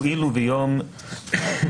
הואיל וביום __,